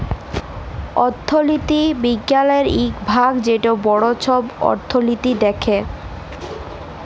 অথ্থলিতি বিজ্ঞালের ইক ভাগ যেট বড় ছব অথ্থলিতি দ্যাখে